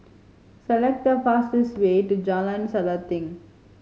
select the fastest way to Jalan Selanting